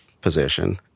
position